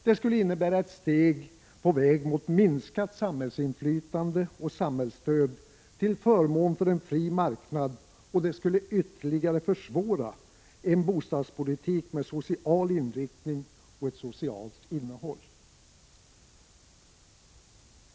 Det skulle innebära ett steg på väg mot minskat samhällsinflytande och samhällsstöd till förmån för en fri marknad, och det skulle ytterligare försvåra en bostadspolitik med social inriktning och ett socialt innehåll.